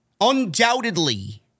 Undoubtedly